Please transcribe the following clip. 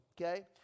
okay